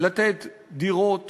לתת דירות